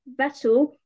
Vettel